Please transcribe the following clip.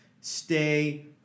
Stay